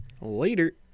later